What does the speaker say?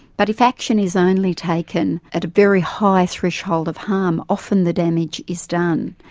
but if action is only taken at a very high threshold of harm, often the damage is done.